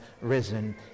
risen